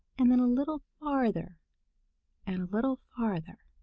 and then a little farther and a little farther.